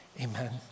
amen